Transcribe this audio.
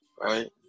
Right